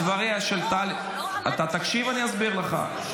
בדבריה של טלי, אתה תקשיב, אני אסביר לך.